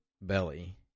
Belly